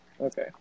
Okay